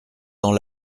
dans